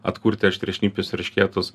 atkurti aštriašnipius eršketus